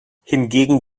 hingegen